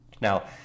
Now